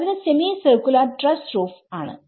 അതിന് semi circular trussed റൂഫ്ആണ്